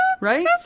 Right